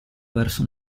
verso